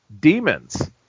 Demons